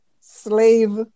slave